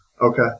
Okay